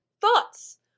Thoughts